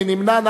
מי נמנע?